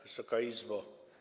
Wysoka Izbo!